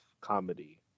comedy